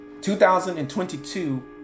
2022